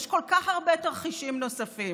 יש כל כך הרבה תרחישים נוספים.